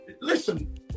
listen